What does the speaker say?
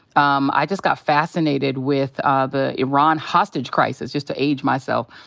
um i just got fascinated with ah the iran hostage crisis, just to age myself.